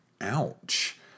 ouch